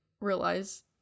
realize